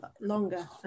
longer